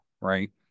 right